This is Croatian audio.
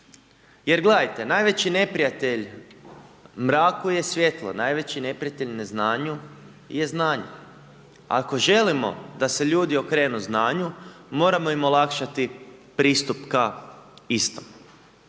jer gledajte najveći neprijatelj mraku je svijetlo, najveći neprijatelj neznanju je znanje. Ako želimo da se ljudi okrenu znanju moramo im olakšati pristup ka istom.